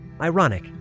ironic